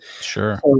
Sure